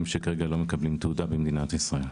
שכרגע לא מקבלים תעודה במדינת ישראל.